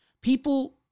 People